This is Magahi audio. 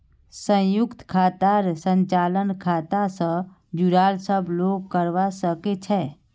संयुक्त खातार संचालन खाता स जुराल सब लोग करवा सके छै